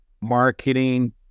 marketing